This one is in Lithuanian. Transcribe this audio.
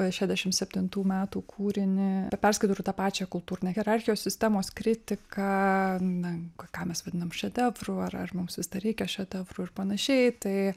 šešiasdešimt septintų metų kūrinį perskaitau ir tą pačią kultūrinę hierarchijos sistemos kritiką ką mes vadinam šedevru ar ar mums vis dar reikia šedevrų ir panašiai tai